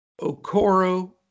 Okoro